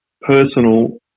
personal